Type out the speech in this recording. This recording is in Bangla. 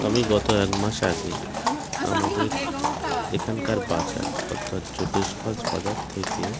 আমি গত এক মাস আগে আমাদের এখানকার বাজার অর্থাৎ যোগেশগঞ্জ বাজার থেকে